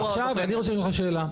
--- עכשיו אני רוצה לשאול אותך שאלה.